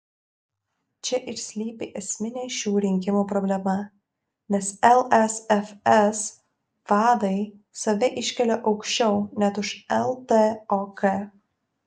čia ir slypi esminė šių rinkimų problema nes lsfs vadai save iškelia aukščiau net už ltok